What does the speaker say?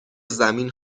زمین